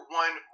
one